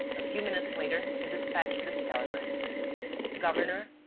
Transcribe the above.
a few minutes later, he dispatched this telegram governor,